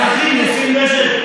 אזרחים נושאים נשק.